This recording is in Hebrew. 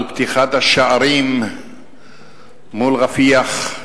על פתיחת השערים מול רפיח,